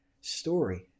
story